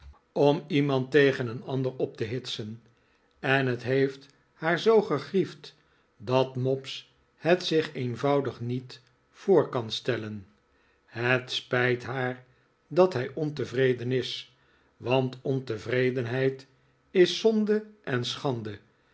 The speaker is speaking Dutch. om iemand tegen een ander op te hitsen en het heeft haar zoo gegriefd dat mobbs het zich eenvoudig niet voor kan stellen het spijt haar dat hij ontevreden is want ontevredenheid is zonde en schande